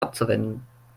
abzuwenden